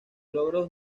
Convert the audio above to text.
logros